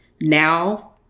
now